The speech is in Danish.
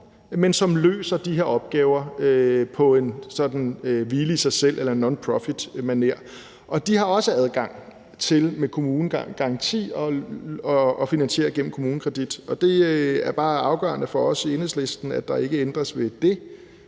men som løser de her opgaver på sådan en hvile i sig selv- eller nonprofitmanér. De har også adgang til med kommunegaranti at få finansiering gennem KommuneKredit, og det er bare afgørende for os i Enhedslisten, at der ikke ændres ved det,